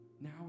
Now